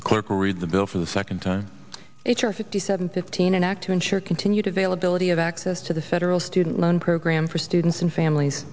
the clerk read the bill for the second time h r fifty seven fifteen an act to ensure continue to fail ability of access to the federal student loan program for students and families